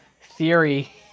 Theory